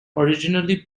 originally